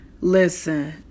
Listen